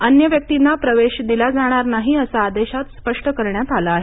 अन्य व्यक्तींना प्रवेश दिला जाणार नाही असं आदेशात स्पष्ट करण्यात आलं आहे